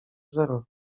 zero